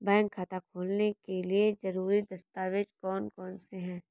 Bank खाता खोलने के लिए ज़रूरी दस्तावेज़ कौन कौनसे हैं?